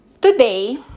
Today